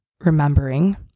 remembering